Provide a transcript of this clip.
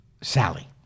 Sally